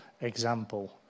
example